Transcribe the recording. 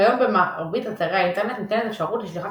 כיום במרבית אתרי האינטרנט ניתנת אפשרות לשליחת